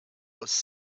was